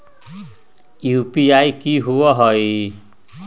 UPI कि होअ हई?